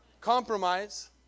Compromise